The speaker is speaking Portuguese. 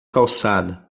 calçada